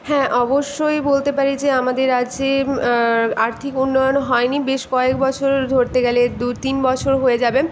হ্যাঁ অবশ্যই বলতে পারি যে আমাদের রাজ্যে আর্থিক উন্নয়ন হয়নি বেশ কয়েক বছর ধরতে গেলে দু তিন বছর হয়ে যাবে